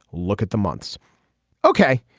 look at the months ok.